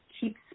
keeps